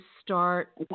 start